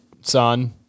Son